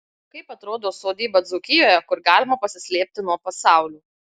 kaip atrodo sodyba dzūkijoje kur galima pasislėpti nuo pasaulio